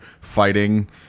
fighting